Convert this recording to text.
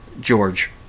George